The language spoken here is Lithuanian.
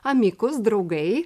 amikus draugai